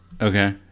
Okay